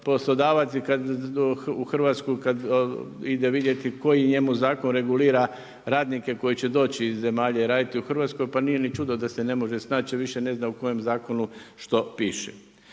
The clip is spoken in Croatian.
poslodavac u Hrvatsku i kad ide vidjeti koji njemu zakon regulira radnike koji će doći iz zemalja i raditi u Hrvatskoj, pa nije ni čudo da se ne može snaći jer više ne zna u kojem zakonu što piše.